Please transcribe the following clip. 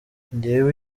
njyewe